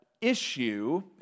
issue